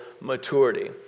maturity